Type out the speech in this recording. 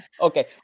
Okay